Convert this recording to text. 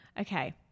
okay